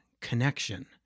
connection